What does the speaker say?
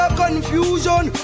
confusion